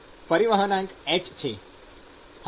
પરિવહનાંક h છે